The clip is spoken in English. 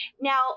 Now